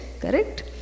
correct